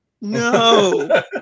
no